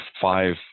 five